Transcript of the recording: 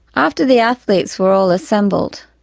after the athletes were all assembled,